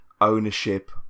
ownership